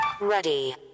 Ready